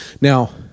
Now